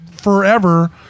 forever